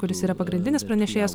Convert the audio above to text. kuris yra pagrindinis pranešėjas